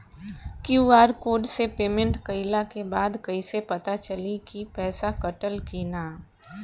QR code से पेमेंट कईला के बाद कईसे पता चली की पैसा कटल की ना?